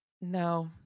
No